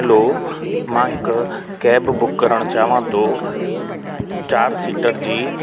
hello मां हिकु cab book करण चाहियां थो चारि सीटर जी